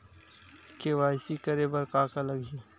KYC करे बर का का लगही?